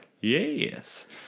yes